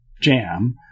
jam